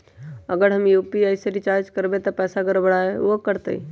अगर हम यू.पी.आई से रिचार्ज करबै त पैसा गड़बड़ाई वो करतई?